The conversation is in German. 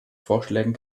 vorschlägen